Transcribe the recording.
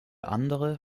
andere